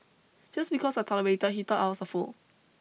just because I tolerated he thought I was a fool